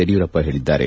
ಯಡಿಯೂರಪ್ಪ ಹೇಳಿದ್ದಾರೆ